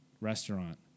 restaurant